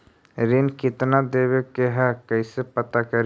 ऋण कितना देवे के है कैसे पता करी?